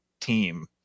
team